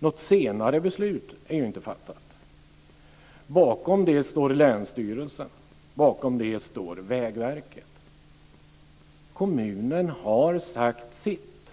Något senare beslut är inte fattat. Bakom det står länsstyrelsen, bakom det står Vägverket. Kommunen har sagt sitt,